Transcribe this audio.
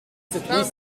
cette